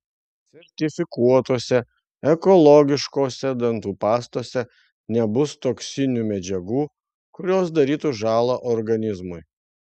sertifikuotose ekologiškose dantų pastose nebus toksinių medžiagų kurios darytų žąlą organizmui